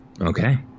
Okay